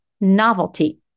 novelty